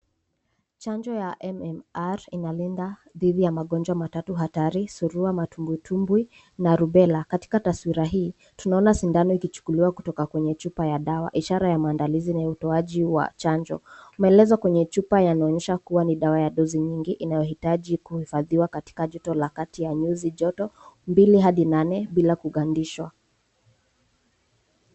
Chanjo ya MMR inalinda dhidi ya magonjwa matatu hatari: surua, matumbwitumbwi na rubela. Katika taswira hii, tunaona sindano ikichukuliwa kutoka kwenye chupa ya dawa, ishara ya maandalizi ya utoaji wa chanjo. Maelezo kwenye chupa yanaonyesha kuwa ni dawa ya dozi nyingi, inayohitaji kuhifadhiwa katika ya joto la kati ya nyuzi joto mbili hadi nane bila kugandishwa.